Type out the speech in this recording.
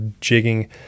jigging